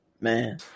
man